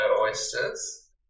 oysters